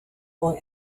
boy